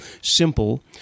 simple